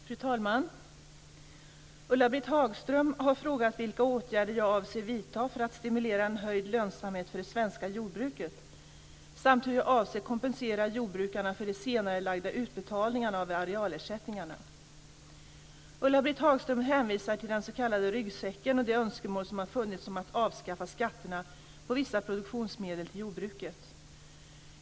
Fru talman! Ulla-Britt Hagström har frågat vilka åtgärder jag avser vidta för att stimulera en höjd lönsamhet för det svenska jordbruket samt hur jag avser kompensera jordbrukarna för de senarelagda utbetalningarna av arealersättningarna. Ulla-Britt Hagström hänvisar till den s.k. ryggsäcken och de önskemål som har funnits om att avskaffa skatterna på vissa produktionsmedel till jordbruket.